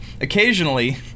occasionally